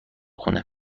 خونه